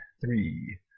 three